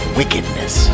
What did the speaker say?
wickedness